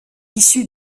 issu